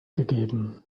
gegeben